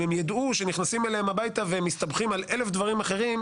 אם הם ידעו שנכנסים אליהם הביתה ומסתבכים על 1,000 דברים אחרים,